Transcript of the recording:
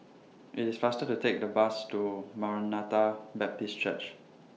IT IS faster to Take The Bus to Maranatha Baptist Church